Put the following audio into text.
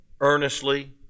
earnestly